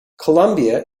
colombia